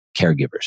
caregivers